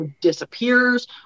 disappears